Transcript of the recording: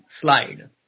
slide